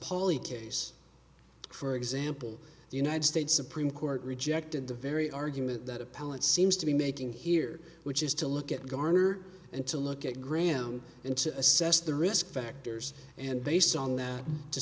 poly case for example the united states supreme court rejected the very argument that appellate seems to be making here which is to look at garner and to look at graham and to assess the risk factors and based on that to